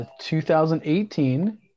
2018